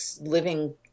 living